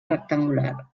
rectangular